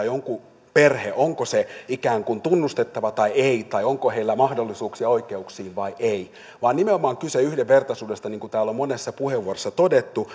jonkun perhe ikään kuin tunnustettava vai ei tai onko heillä mahdollisuuksia oikeuksiin vai ei vaan nimenomaan on kyse yhdenvertaisuudesta niin kuin täällä on monessa puheenvuorossa todettu